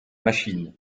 machine